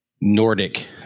Nordic